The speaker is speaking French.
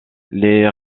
les